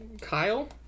Kyle